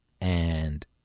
and-